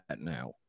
now